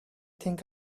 think